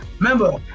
Remember